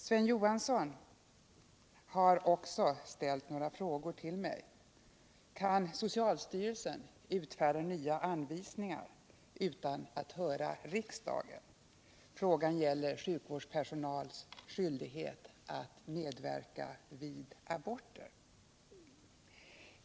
Sven Johansson har också ställt några frågor till mig. Kan socialstyrelsen utfärda nya anvisningar utan att höra riksdagen? Frågan gäller sjukvårdspersonals skyldighet att medverka vid aborter.